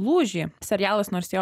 lūžį serialas nors jo